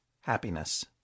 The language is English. happiness